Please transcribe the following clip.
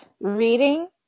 reading